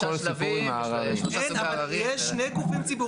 אבל, לרשות הרישוי כן יש ערר.